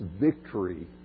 victory